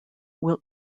will